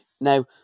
Now